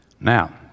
Now